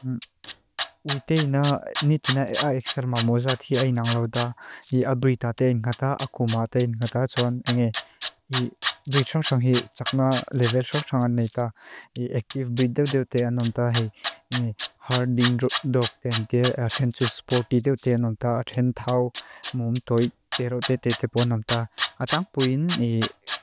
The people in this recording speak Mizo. Witei na niti na axel maa mozaa thiai naang lau ta. I abritate ingata, akumate ingata atsoan. I britsongsong hi tsakna levelsok tsangani ta. I active breed deo deo te anom ta. I harding dog ten te, ten tu sporty deo te anom ta. Ten tau mum toi tero te te tepo anom ta. Atang puin